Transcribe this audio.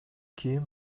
кийим